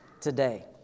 today